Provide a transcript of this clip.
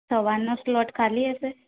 સવારનો સ્લોટ ખાલી હશે